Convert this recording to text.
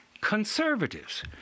conservatives